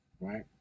right